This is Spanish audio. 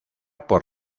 por